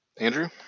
Andrew